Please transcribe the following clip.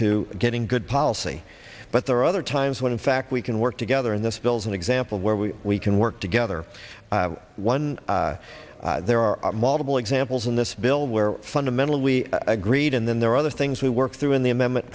to getting good policy but there are other times when in fact we can work together in this bill is an example where we we can work together one there are multiple examples in this bill where fundamentally we agreed and then there are other things we work through in the amendment